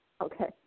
Okay